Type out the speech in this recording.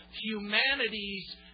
Humanity's